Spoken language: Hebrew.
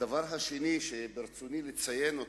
הדבר השני שברצוני לציין,